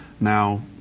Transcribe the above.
Now